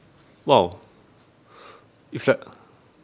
!wow! it's like